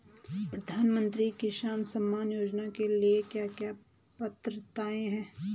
प्रधानमंत्री किसान सम्मान योजना के लिए क्या क्या पात्रताऐं हैं?